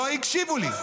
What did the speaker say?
18 שנים.